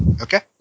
Okay